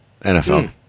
NFL